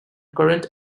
current